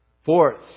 Fourth